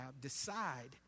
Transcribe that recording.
decide